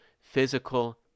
physical